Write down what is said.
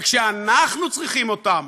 וכשאנחנו צריכים אותם